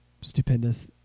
stupendous